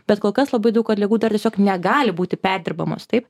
bet kol kas labai daug atliekų dar tiesiog negali būti perdirbamos taip